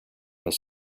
his